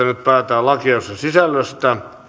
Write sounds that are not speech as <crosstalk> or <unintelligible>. <unintelligible> nyt päätetään lakiehdotusten sisällöstä